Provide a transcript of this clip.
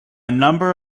number